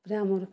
ରେ ଆମର୍